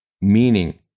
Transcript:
meaning